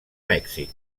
mèxic